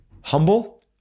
Humble